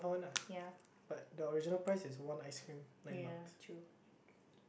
ya ya true